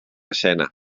escena